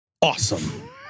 awesome